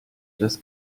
das